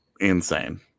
Insane